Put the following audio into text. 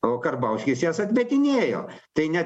o karbauskis jas atmetinėjo tai ne